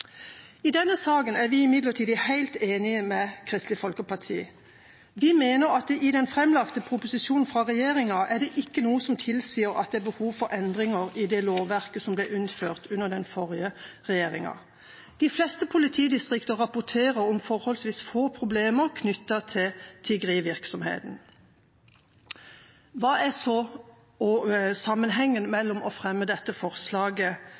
av denne problematikken. I denne saken er vi imidlertid helt enig med Kristelig Folkeparti. Vi mener at i den framlagte proposisjonen fra regjeringa er det ikke noe som tilsier at det er behov for endringer i det lovverket som ble innført under den forrige regjeringa. De fleste politidistrikter rapporterer om forholdsvis få problemer knyttet til tiggerivirksomheten. Hva er så sammenhengen som får en til å fremme dette forslaget